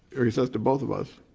or he said to both of us,